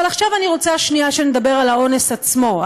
אבל עכשיו אני רוצה שנדבר שנייה על האונס עצמו,